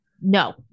no